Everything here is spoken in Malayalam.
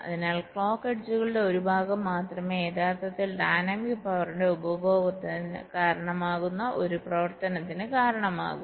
അതിനാൽ ക്ലോക്ക് എഡ്ജുകളുടെ ഒരു ഭാഗം മാത്രമേ യഥാർത്ഥത്തിൽ ഡൈനാമിക് പവറിന്റെ ഉപഭോഗത്തിന് കാരണമാകുന്ന ഒരു പ്രവർത്തനത്തിന് കാരണമാകൂ